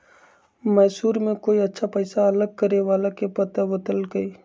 मैसूर में कोई अच्छा पैसा अलग करे वाला के पता बतल कई